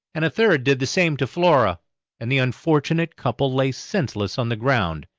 and a third did the same to flora and the unfortunate couple lay senseless on the ground.